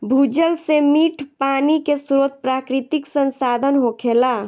भूजल से मीठ पानी के स्रोत प्राकृतिक संसाधन होखेला